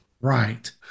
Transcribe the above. Right